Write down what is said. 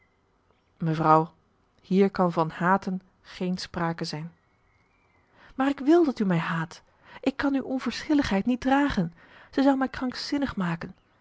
mevrouw hier kan van haten geen sprake zijn maar ik wil dat u mij haat ik kan uw onverschilligheid niet dragen zij zou mij krankzinnig maken